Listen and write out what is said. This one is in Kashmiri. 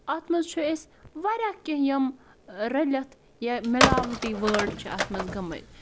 اَتھ مَنٛز چھُ أسۍ واریاہ کیٚنٛہہ یِم رٔلِتھ یا مِلاوٹی وٲڈ چھِ اَتھ مَنٛز گٔمٕتۍ